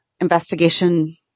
investigation